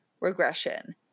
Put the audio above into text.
regression